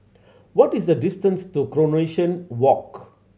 what is the distance to Coronation Walk